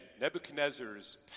Nebuchadnezzar's